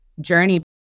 journey